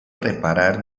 reparar